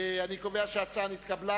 אני קובע שההצעה נתקבלה.